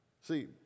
See